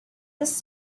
this